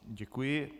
Děkuji.